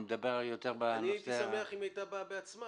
אני מדבר יותר בנושא ה- -- אני הייתי שמח אם היא הייתה באה בעצמה,